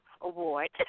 award